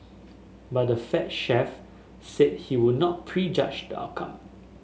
but the Fed chief said he would not prejudge the outcome